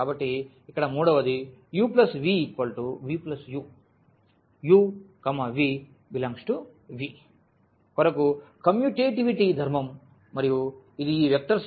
కాబట్టి ఇక్కడ మూడవది u v v u u v∈V కొరకు కమ్యుటేటివిటీ ధర్మం మరియు ఇది ఈ వెక్టర్స్ యొక్క ధర్మం